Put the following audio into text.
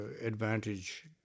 advantage